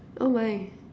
oh my